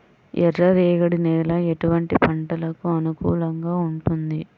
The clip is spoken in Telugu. ఎర్ర రేగడి నేల ఎటువంటి పంటలకు అనుకూలంగా ఉంటుంది?